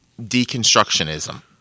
deconstructionism